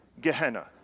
Gehenna